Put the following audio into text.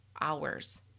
hours